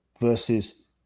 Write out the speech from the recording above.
versus